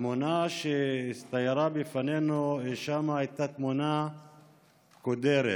התמונה שהצטיירה בפנינו שם הייתה תמונה קודרת: